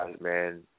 man